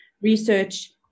research